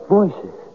voices